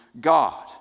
God